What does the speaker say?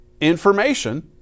information